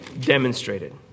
demonstrated